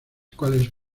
cuales